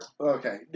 Okay